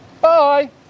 Bye